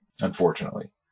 unfortunately